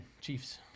Chiefs